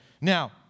Now